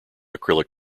acrylic